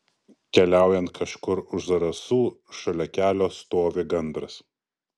keliaujant kažkur už zarasų šalia kelio stovi gandras